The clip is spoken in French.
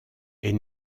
est